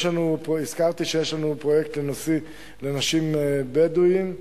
הזכרתי שיש לנו פרויקט לנשים בדואיות,